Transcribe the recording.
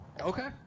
Okay